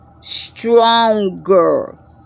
stronger